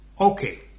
Okay